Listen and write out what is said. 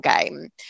game